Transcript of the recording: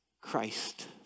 Christ